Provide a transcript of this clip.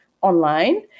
online